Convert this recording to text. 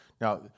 Now